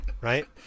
right